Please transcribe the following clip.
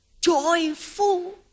joyful